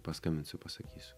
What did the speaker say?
paskambinsiu pasakysiu